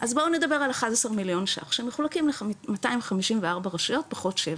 אז בואו נדבר על 11 מיליון ₪ שמחולקים ל-254 רשויות פחות שבע,